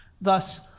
Thus